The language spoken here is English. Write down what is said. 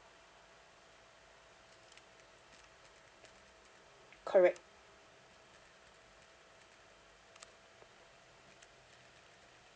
correct